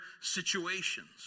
situations